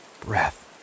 breath